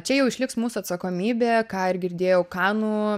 čia jau išliks mūsų atsakomybė ką ir girdėjau kanų